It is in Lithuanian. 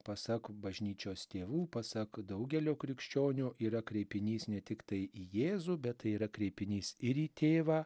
pasak bažnyčios tėvų pasak daugelio krikščionių yra kreipinys ne tiktai į jėzų bet tai yra kreipinys ir į tėvą